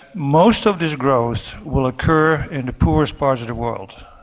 most of this growth will occur in the poorest parts of the world,